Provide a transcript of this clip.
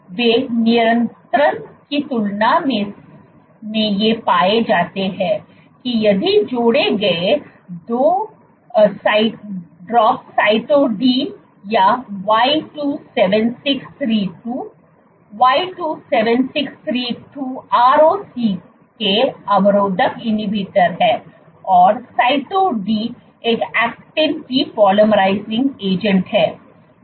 वे नियंत्रण की तुलना में ये पाए जाते हैं कि यदि जोड़े गए 2 ड्रॉप्स साइटो डी या Y27632Y27632 ROCK अवरोधक है और साइटो डी एक एक्टिन डिपोलीमराइजिंग एजंट है